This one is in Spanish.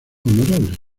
honorable